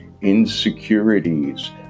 insecurities